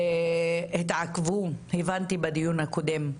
התעכבו, הבנתי בדיון הקודם,